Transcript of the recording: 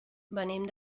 venim